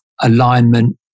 alignment